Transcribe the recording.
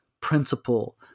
principle